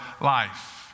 life